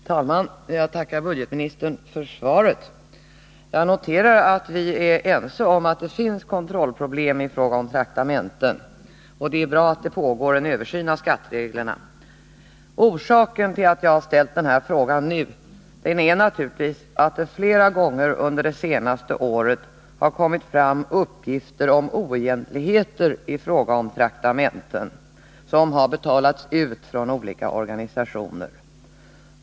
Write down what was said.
Herr talman! Jag tackar budgetministern för svaret. Jag noterar att vi är ense om att det finns kontrollproblem i fråga om traktamenten, och det är bra att det pågår en översyn av skattereglerna. Orsaken till att jag har ställt den här frågan nu är naturligtvis att det flera gånger under det senaste året kommit fram uppgifter om oegentligheter i fråga om traktamenten som har betalats ut från olika organisationer.